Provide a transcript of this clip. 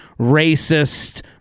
racist